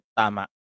tama